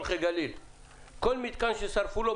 כל מתקן ששרפו לו,